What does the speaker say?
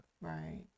right